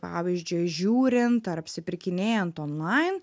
pavyzdžiui žiūrint ar apsipirkinėjant onlain